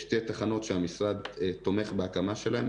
שתי תחנות שהמשרד תומך בהקמה שלהן,